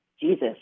Jesus